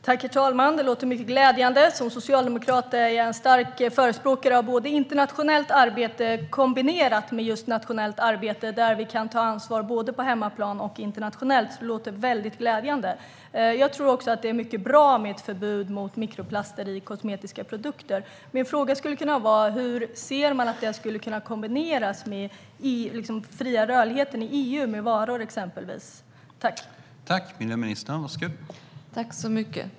Herr talman! Det låter mycket glädjande. Som socialdemokrat är jag en stark förespråkare av internationellt arbete kombinerat med nationellt arbete, där vi kan ta ansvar både på hemmaplan och internationellt. Det låter alltså väldigt glädjande. Jag tror också att det är mycket bra med ett förbud mot mikroplaster i kosmetiska produkter. Min fråga skulle kunna vara: Hur ser man att detta skulle kunna kombineras med den fria rörligheten i EU när det gäller exempelvis varor?